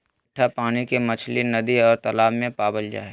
मिट्ठा पानी के मछली नदि और तालाब में पावल जा हइ